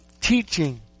teaching